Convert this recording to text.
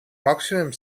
maximum